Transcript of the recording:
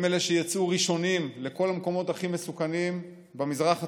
הם אלה שיצאו ראשונים לכל המקומות הכי מסוכנים במזרח התיכון,